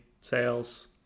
sales